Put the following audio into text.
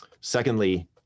secondly